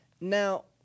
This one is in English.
Now